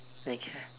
okay